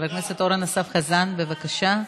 חבר הכנסת אורן חזן, בבקשה.